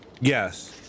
Yes